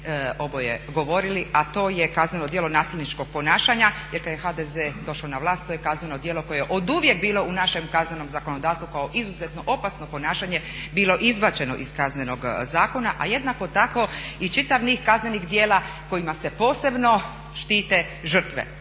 oboje govorili, a to je kazneno djelo nasilničkog ponašanja. Jer kada je HDZ došao na vlast to je kazneno djelo koje je oduvijek bilo u našem kaznenom zakonodavstvu kao izuzetno opasno ponašanje bilo izbačeno iz Kaznenog zakona, a jednako tako i čitav niz kaznenih djela kojima se posebno štite žrtve,